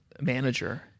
manager